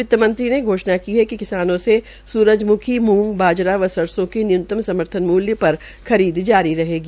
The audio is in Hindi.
वित्तमंत्री ने घोषणा की है कि किसानों से सूरजमुखी मूंग बाजरा व सरसों की न्यूनम समर्थन मूलय पर खरीद जारी करेगी